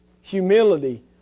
humility